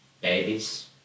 Babies